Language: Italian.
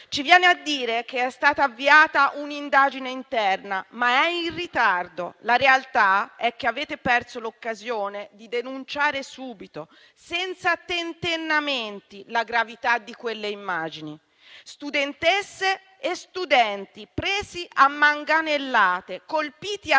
Ci viene a dire che è stata avviata un'indagine interna, ma è in ritardo. La realtà è che avete perso l'occasione di denunciare subito, senza tentennamenti, la gravità di quelle immagini. Studentesse e studenti presi a manganellate, colpiti a terra